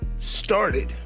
started